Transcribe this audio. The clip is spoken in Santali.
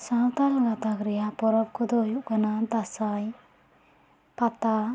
ᱥᱟᱣᱛᱟᱞ ᱜᱟᱛᱟᱠ ᱨᱤᱭᱟ ᱯᱚᱨᱚᱵᱽ ᱠᱚᱫᱚ ᱦᱩᱭᱩᱜ ᱠᱟᱱᱟ ᱫᱟᱸᱥᱟᱭ ᱯᱟᱛᱟ